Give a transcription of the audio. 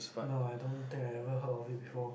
no I don't think I ever heard of it before